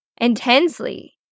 intensely